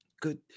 Good